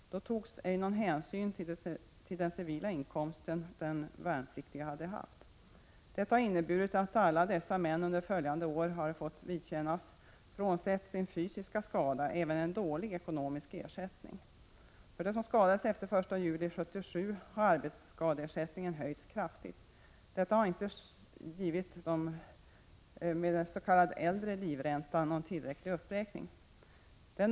Då togs ej någon hänsyn till den värnpliktiges civila inkomst. Detta har inneburit att alla Prot. 1985/86:130 dessa män under de följande åren har fått vidkännas, frånsett sin fysiska skada, även en dålig ekonomisk ersättning. För dem som skadades efter den 1 juli 1977 har arbetsskadeersättningen höjts kraftigt. Detta har dock inte givit dem med s.k. äldre livräntor tillräcklig uppräkning.